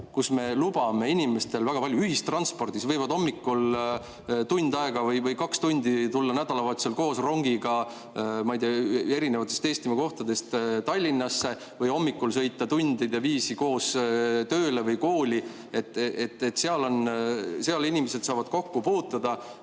Me lubame inimestel väga palju [koos olla] ühistranspordis, nad võivad tund aega või kaks tundi tulla nädalavahetusel koos rongiga erinevatest Eestimaa kohtadest Tallinnasse või hommikul sõita tundide viisi koos tööle või kooli. Seal inimesed saavad kokku puutuda,